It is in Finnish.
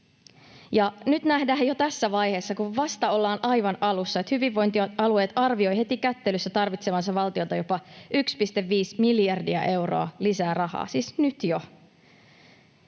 Nyt nähdään jo tässä vaiheessa, kun ollaan vasta aivan alussa, että hyvinvointialueet arvioivat heti kättelyssä tarvitsevansa valtiolta jopa 1,5 miljardia euroa lisää rahaa — siis nyt jo.